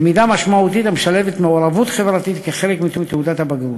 למידה משמעותית המשלבת מעורבות חברתית כחלק מתעודת הבגרות.